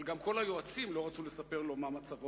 אבל גם כל היועצים לא רצו לספר לו מה מצבו,